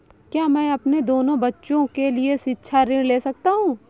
क्या मैं अपने दोनों बच्चों के लिए शिक्षा ऋण ले सकता हूँ?